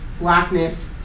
blackness